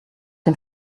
dem